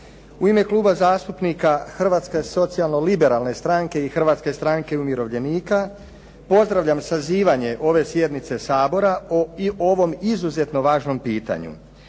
U ime Kluba zastupnika Hrvatske socijalno liberalne stranke i Hrvatske stranke umirovljenika pozdravljam sazivanje ove sjednice Sabora o ovom izuzetno važnom pitanju.